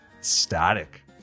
static